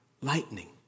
lightning